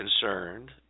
concerned